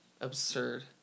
absurd